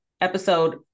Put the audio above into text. episode